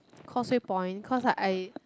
Causeway Point cause I I